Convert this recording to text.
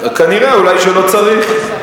כנראה אולי לא צריך.